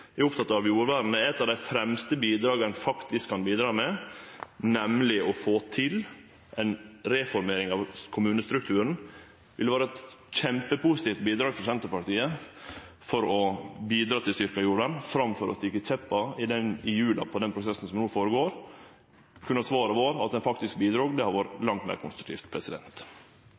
er oppteke av jordvernet, er eitt av dei fremste bidraga faktisk å få til ei reformering av kommunestrukturen. Det vil vere eit kjempepositivt bidrag frå Senterpartiet for å bidra til styrkt jordvern. Framfor å stikke kjeppar i hjula for den prosessen som no føregår, kunne svaret ha vore at ein faktisk bidrog. Det hadde vore langt meir konstruktivt.